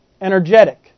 Energetic